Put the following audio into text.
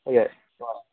येस